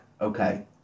okay